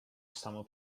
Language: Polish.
samo